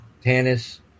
Tannis